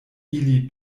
ili